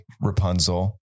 Rapunzel